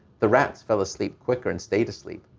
the rats fell asleep quicker and stayed asleep.